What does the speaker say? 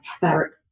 fabric